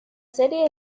serie